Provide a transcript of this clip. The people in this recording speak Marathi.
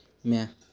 म्या